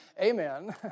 Amen